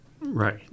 Right